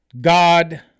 God